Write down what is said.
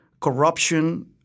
corruption